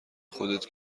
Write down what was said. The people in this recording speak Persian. خودت